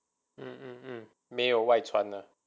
mmhmm mm 没有外传 lah